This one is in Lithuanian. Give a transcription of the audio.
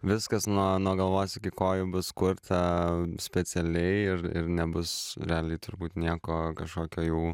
viskas nuo nuo galvos iki kojų bus kurta specialiai ir ir nebus realiai turbūt nieko kažkokio jau